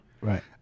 right